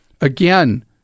again